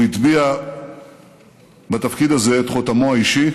הוא הטביע בתפקיד הזה את חותמו האישי